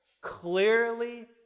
clearly